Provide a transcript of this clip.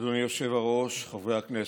אדוני היושב-ראש, חברי הכנסת,